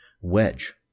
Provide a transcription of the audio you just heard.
wedge